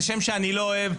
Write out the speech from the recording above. זה שם שאני לא אוהב,